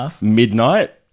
midnight